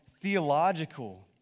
theological